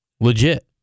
Legit